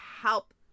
help